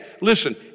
listen